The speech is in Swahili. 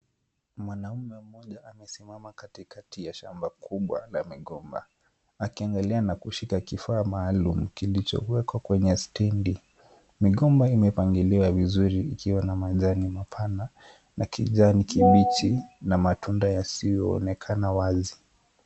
Mwanaume mmoja amesimama katikati ya shamba kubwa la migomba akiangalia na kushika kifaa maalum kilichowekwa kwenye stendi. Migomba hii imepangiliwa vizuri ikiwa na majani mapana na kijani kibichi na matunda yasiyoonekana wazi.